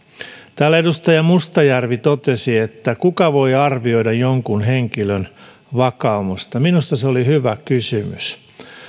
täällä edustaja mustajärvi totesi että kuka voi arvioida jonkun henkilön vakaumusta minusta se oli hyvä kysymys